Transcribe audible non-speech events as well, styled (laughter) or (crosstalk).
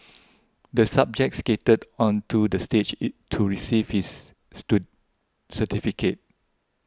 the subject skated onto the stage it to receive his (unintelligible) certificate